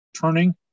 turning